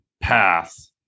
path